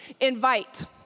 Invite